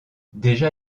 déjà